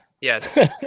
Yes